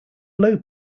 low